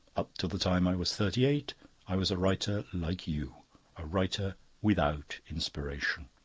up till the time i was thirty-eight i was a writer like you a writer without inspiration.